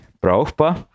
brauchbar